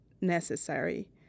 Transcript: necessary